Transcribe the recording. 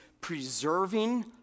preserving